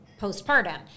postpartum